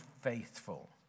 faithful